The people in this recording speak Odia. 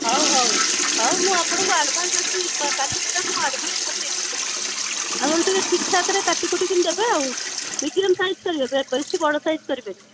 ହଉ ହଉ ହଉ ମୁଁ ଆପଣଙ୍କୁ ଆଡ଼୍ଭାନ୍ସ୍ ଆଜି କାଲି ସୁଦ୍ଧା ମୁଁ ଆଡ଼୍ଭାନ୍ସ୍ ପଠାଇ ଦେବି ଆପଣ ଟିକିଏ ଠିକ୍ ଠାକ୍ରେ କାଟି କୁଟି କିନି ଦେବେ ଆଉ ମିଡ଼ିୟମ୍ ସାଇଜ୍ କରିବେ ବେଶୀ ବଡ଼ ସାଇଜ୍ କରିବେନି